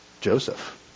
Joseph